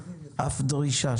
אף דרישה,